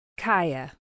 Kaya